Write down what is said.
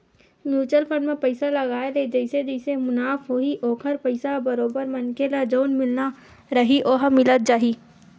mutual fund म पइसा लगाय ले जइसे जइसे मुनाफ होही ओखर पइसा ह बरोबर मनखे ल जउन मिलना रइही ओहा मिलत जाही